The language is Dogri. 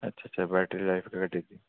अच्छा अच्छा बैटरी लाइफ घटी दी